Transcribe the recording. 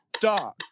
Dog